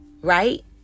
right